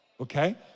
okay